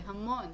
זה המון.